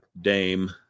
Dame